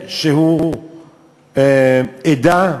איזו עדה,